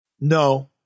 no